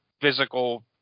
physical